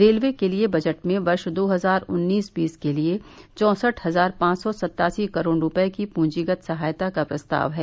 railway के लिए budget में वर्ष दो हजार उन्नीस बीस के लिए चौंसठ हजार पांच सौ सतासी करोड़ रूपये की पूंजीगत सहायता का प्रस्ताव है